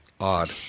odd